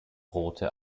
rote